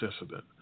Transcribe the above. incident